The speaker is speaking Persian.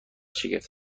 شگفت